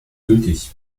gültig